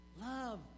Love